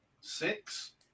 Six